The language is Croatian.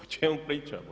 O čemu pričamo?